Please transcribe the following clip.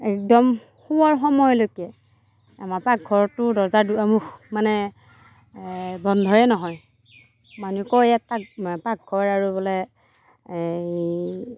একদম শোৱাৰ সময়লৈকে আমাৰ পাকঘৰটোৰ দৰ্জাৰ দুৱাৰমুখ মানে বন্ধই নহয় মানুহে কয়েই তাক পাকঘৰ আৰু বোলে এই